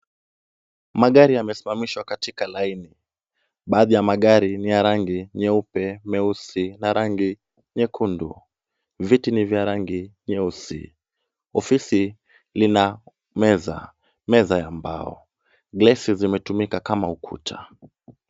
Magari yamesimamishwa katika laini. Baadhi ya magari ni ya rangi nyeupe, meusi na rangi nyekundu. Viti ni vya rangi nyeusi . Ofisi lina meza, meza ya mbao, glesi zimetumika kama ukuta.